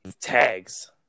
tags